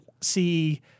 see